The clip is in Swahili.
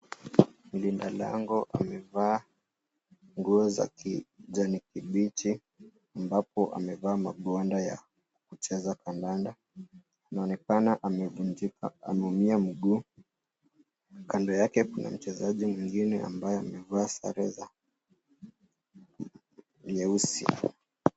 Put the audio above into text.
Mlinda lango amevaa nguo za kijani kibichi ambapo amevaa maviwanda ya kucheza kandanda. Inaonekana anevunjika ama ameumia mguu. Kando yake kuna mchezaji mwengine ambaye amevaa sare za rangi nyeusi.